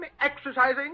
exercising